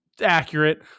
Accurate